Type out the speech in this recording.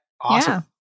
Awesome